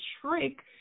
trick